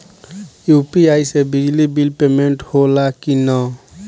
UPI से बिजली bill payment होला कि न?